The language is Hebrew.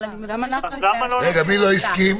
רגע, מי לא הסכים?